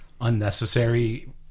unnecessary